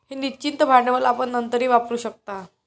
हे निश्चित भांडवल आपण नंतरही वापरू शकता